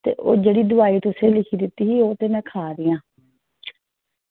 ते ओह् जेह्ड़ी तुसें दोआई दिती ही ते ओह् में खाऽ दी आं